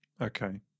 okay